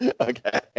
Okay